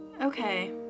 Okay